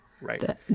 right